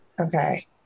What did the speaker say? Okay